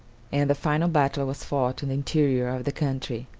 and the final battle was fought in the interior of the country.